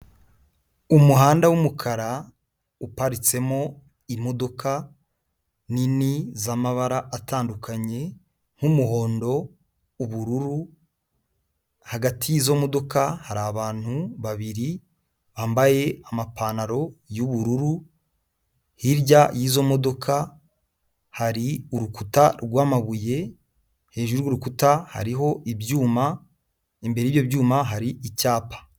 Umuhanda w'umukara, uparitsemo imodoka nini z'amabara atandukanye, nk'umuhondo, ubururu, hagati y'izo modoka hari abantu babiri bambaye amapantaro y'ubururu, hirya y'izo modoka hari urukuta rw'amabuye, hejuru y'urukuta hariho ibyuma, imbere y'ibyo byuma hari icyapa.